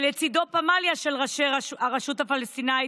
כשלצידו פמליה של ראשי הרשות הפלסטינית,